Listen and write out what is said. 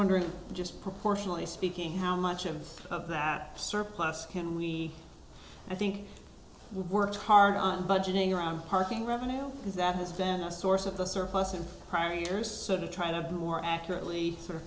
wondering just proportionately speaking how much of that surplus can we i think we've worked hard on budgeting around parking revenue is that his fan a source of the surface in prior years sort of trying to do more accurately sort of